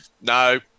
No